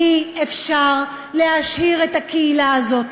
אי-אפשר להשאיר את הקהילה הזאת,